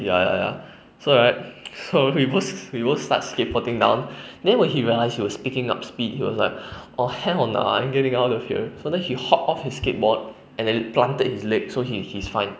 ya ya ya so right so we both we both start skateboarding down then when he realize he was picking up speed he was like oh hell no I'm getting out of here so then he hop off his skateboard and then planted his legs so he's he's fine